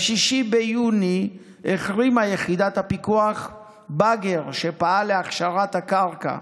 ב-6 ביוני החרימה יחידת הפיקוח באגר שפעל להכשרת הקרקע.